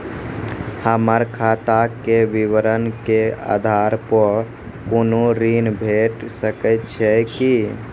हमर खाता के विवरण के आधार प कुनू ऋण भेट सकै छै की?